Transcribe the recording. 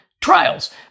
trials